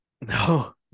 No